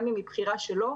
גם אם מבחירה שלו?